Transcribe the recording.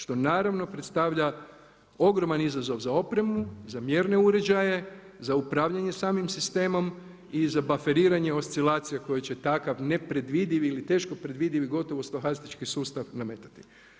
Što naravno predstavlja ogroman izazov za opremu, za mjerne uređaje, za upravljanje samim sistemom i za baferiranje oscilacija koje će takav nepredvidivi ili teško predvidivi, gotovo stohastički sustav nametati.